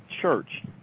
church